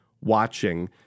watching